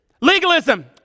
Legalism